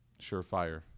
surefire